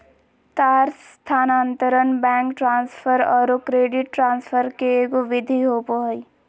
तार स्थानांतरण, bank transfer औरो क्रेडिट ट्रांसफ़र के एगो विधि होबो हइ